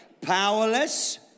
Powerless